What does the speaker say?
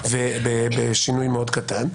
בשינוי מאוד קטן,